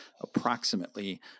approximately